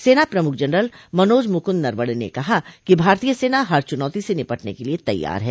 सेना प्रमुख जनरल मनोज मुकुंद नरवणे ने कहा है कि भारतीय सेना हर चुनौती से निपटने के लिए तैयार है